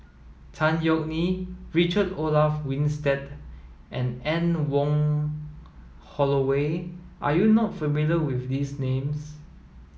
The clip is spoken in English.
Tan Yeok Nee Richard Olaf Winstedt and Anne Wong Holloway are you not familiar with these names